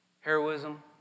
heroism